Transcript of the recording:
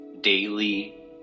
daily